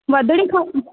वधिणी खपे